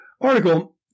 article